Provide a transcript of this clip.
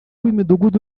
b’imidugudu